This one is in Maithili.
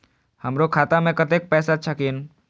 हमरो खाता में कतेक पैसा छकीन?